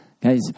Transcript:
Guys